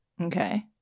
Okay